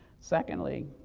secondly,